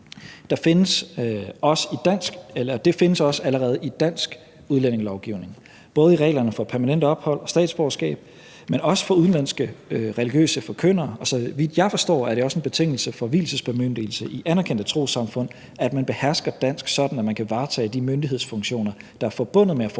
Det findes også allerede i dansk udlændingelovgivning, både i reglerne for permanent ophold og statsborgerskab, men også for udenlandske religiøse forkyndere, og så vidt jeg forstår, er det også en betingelse for vielsesbemyndigelse i anerkendte trossamfund, at man behersker dansk sådan, at man kan varetage de myndighedsfunktioner, der er forbundet med at foretage